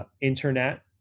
internet